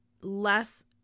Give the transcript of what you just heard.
less